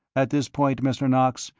at this point, mr. knox,